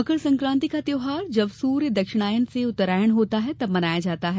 मकर संक्राति का त्यौहार जब सूर्य दक्षिणायन से उत्तरायण होता है तब मनाया जाता है